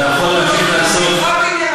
עכשיו אנחנו עוסקים בחוק אוויר נקי.